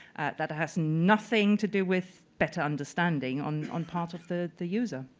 that has nothing to do with better understanding on on part of the the user.